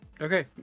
Okay